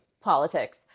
politics